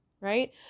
right